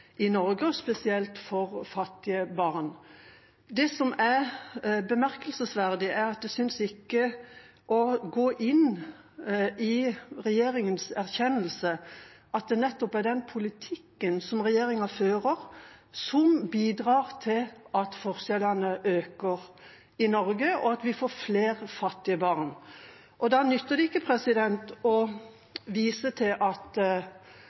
i Norge, og spesielt for fattige barn. Det som er bemerkelsesverdig, er at det synes ikke å gå inn i regjeringas erkjennelse at det nettopp er den politikken som regjeringa fører, som bidrar til at forskjellene i Norge øker, og at vi får flere fattige barn. Da nytter det ikke å vise til at